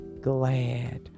glad